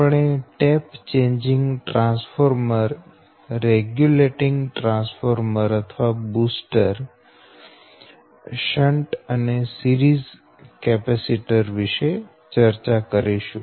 આપણે tap changing transformer regulating transformer અથવા booster shunt અને series capacitor shunt series capacitor વિશે ચર્ચા કરીશું